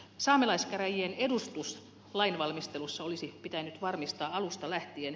saamelaiskäräjien edustus lain valmistelussa olisi pitänyt varmistaa alusta lähtien